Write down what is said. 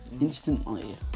Instantly